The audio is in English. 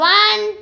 one